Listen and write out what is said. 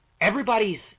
Everybody's